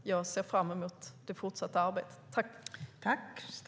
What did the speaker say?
Jag ser fram emot det fortsatta arbetet.